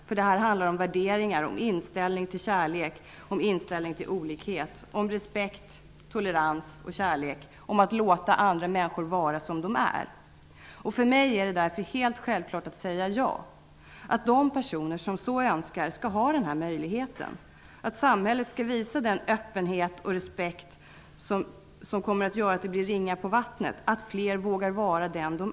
Denna fråga handlar om värderingar och inställningen till kärlek och olikhet, vidare om respekt och tolerans och att låta andra människor vara som de är. För mig är det därför helt självklart att säga ja. De personer som så önskar skall ha denna möjlighet. Samhället skall visa den öppenhet och respekt som kommer att göra att det blir ringar på vattnet -- fler vågar vara den de är.